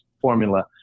formula